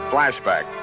flashback